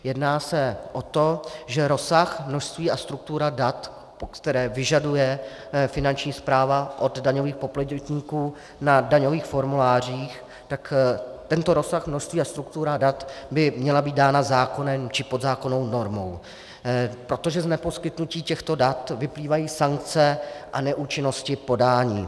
Jedná se o to, že rozsah, množství a struktura dat, které vyžaduje Finanční správa od daňových poplatníků na daňových formulářích, tak tento rozsah, množství a struktura dat by měly být dány zákonem či podzákonnou normou, protože z neposkytnutí těchto dat vyplývají sankce a neúčinnosti podání.